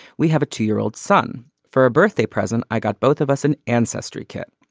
we have a two year old son for a birthday present. i got both of us an ancestry kit.